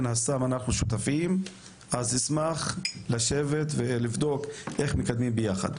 מן הסתם אנחנו שותפים אז אשמח לשבת ולבדוק איך מקדמים ביחד.